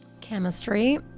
Chemistry